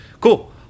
Cool